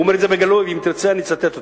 הוא אומר את זה בגלוי, ואם תרצה אני אצטט אותו.